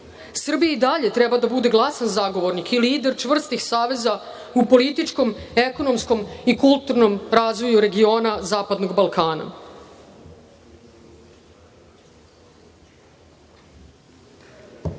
Srbija i dalje treba da bude glasan zagovornik i lider čvrstih saveza u političkom, ekonomskom i kulturnom razvoju regiona zapadnog Balkana. Na